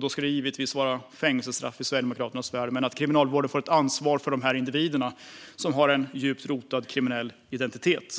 Då ska det givetvis vara fängelsestraff i Sverigedemokraternas värld så att Kriminalvården får ansvar för de här individerna, som har en djupt rotad kriminell identitet.